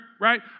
right